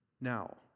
Now